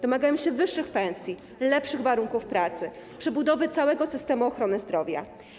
Domagają się wyższych pensji, lepszych warunków pracy, przebudowy całego systemu ochrony zdrowia.